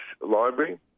library